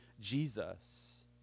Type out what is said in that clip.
Jesus